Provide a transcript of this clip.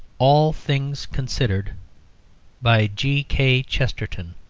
all things considered by g. k. chesterton